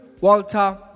Walter